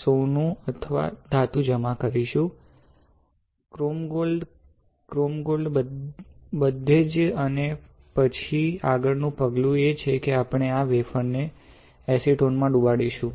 સોનું અથવા ધાતુ જમા કરીશું ક્રોમ ગોલ્ડ ક્રોમ ગોલ્ડ બધે જ અને પછી આગળનું પગલું એ છે કે આપણે આ વેફર ને એસીટોન માં ડુબાડીશું